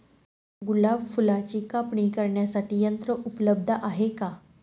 गुलाब फुलाची कापणी करण्यासाठी यंत्र उपलब्ध आहे का?